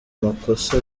makosa